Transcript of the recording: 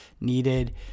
needed